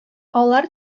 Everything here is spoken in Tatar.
алар